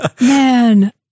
Man